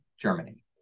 Germany